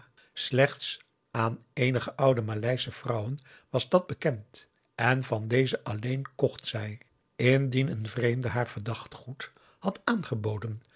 slechts aan eenige oude maleische vrouwen was dat bekend en van deze alleen kocht zij indien een vreemde haar verdacht goed had aangeboden